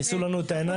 כיסו לנו את העיניים,